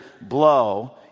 blow